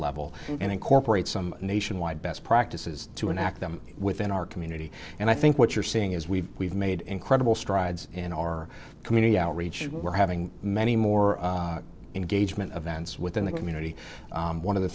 level and incorporate some nationwide best practices to enact them within our community and i think what you're seeing is we've we've made incredible strides in our community outreach we're having many more engagement events within the community one